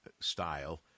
style